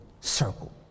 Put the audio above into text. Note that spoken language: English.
circle